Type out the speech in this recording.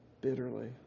bitterly